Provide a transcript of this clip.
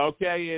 Okay